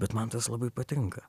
bet man tas labai patinka